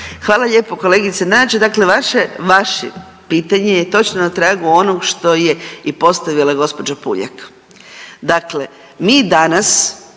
Hvala lijepo kolegice Nađ, dakle vaše, vaše pitanje je točno na tragu onog što je i postavila gđa. Puljak. Dakle, mi danas